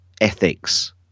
Ethics